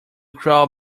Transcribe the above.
crawl